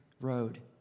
road